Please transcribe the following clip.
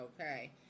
okay